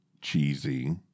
cheesy